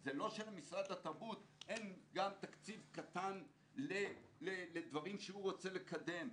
זה לא שלמשרד התרבות אין גם תקציב קטן לדברים שהוא רוצה לקדם,